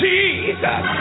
Jesus